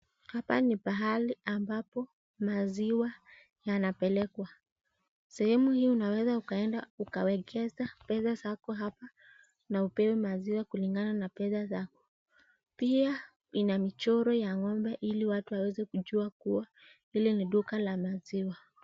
Hapa ni pahali ambapo maziwa yanapelekwa. Sehemu hii unaweza ukaenda ukawekeza pesa zako hapa na upewe maziwa kulingana na pesa zako. Pia ina michoro ya ng'ombe ili watu waweze kujua kuwa ile ni duka la maziwa.